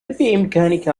بإمكانك